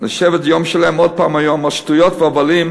לשבת יום שלם עוד פעם היום על שטויות והבלים?